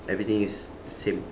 everything is same